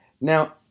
Now